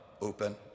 open